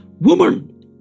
woman